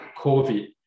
COVID